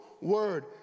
word